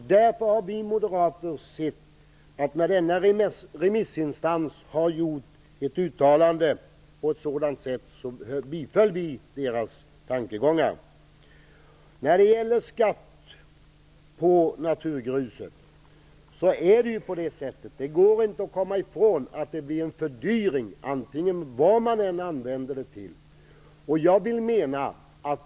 Därför har vi moderater tillstyrkt denna remissinstans uttalande och tankegångar. När det gäller skatt på naturgrus går det inte att komma ifrån att det blir en fördyring vad man än använder den till.